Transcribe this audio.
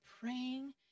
praying